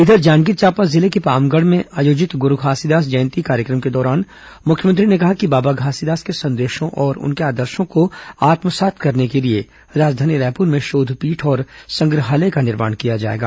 इधर जांजगीर चांपा जिले के पामगढ़ में आयोजित गुरू घासीदास जयंती कार्यक्रम के दौरान मुख्यमंत्री ने कहा कि बाबा घासीदास के संदेशों और उनके आदर्शों को आत्मसात करने के लिए राजधानी रायपुर में शोधपीठ और संग्रहालय का निर्माण किया जाएगा